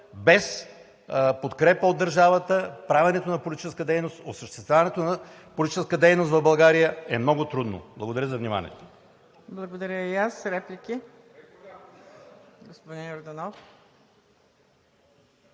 без подкрепа от държавата. Правенето на политическа дейност, осъществяването на политическа дейност в България е много трудно. Благодаря за вниманието.